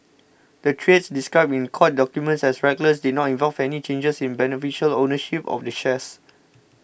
the trades described in court documents as reckless did not involve any changes in beneficial ownership of the shares